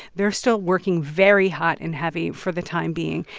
they're still working very hot and heavy for the time being,